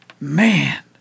Man